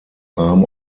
arm